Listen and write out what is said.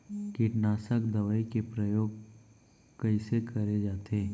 कीटनाशक दवई के प्रयोग कइसे करे जाथे?